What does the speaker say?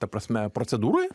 ta prasme procedūroj